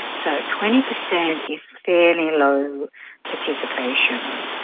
so twenty percent is fairly low participation.